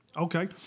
Okay